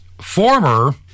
former